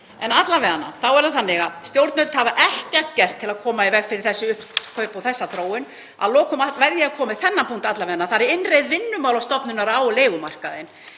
En alla vega er það þannig að stjórnvöld hafa ekkert gert til að koma í veg fyrir þessi uppkaup og þessa þróun. Að lokum verð ég að koma með þennan punkt, sem er innreið Vinnumálastofnunar á leigumarkaðinn.